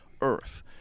earth